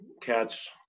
catch